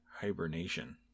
hibernation